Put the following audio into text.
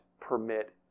permit